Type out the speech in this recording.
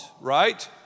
right